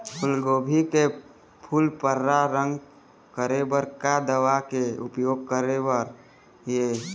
फूलगोभी के फूल पर्रा रंग करे बर का दवा के उपयोग करे बर ये?